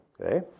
Okay